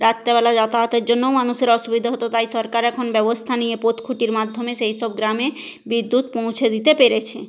রাত্রেবেলা যাতায়াতের জন্যও মানুষের অসুবিধে হতো তাই সরকার এখন ব্যবস্থা নিয়ে পথ খুঁটির মাধ্যমে সেই সব গ্রামে বিদ্যুৎ পৌঁছে দিতে পেরেছে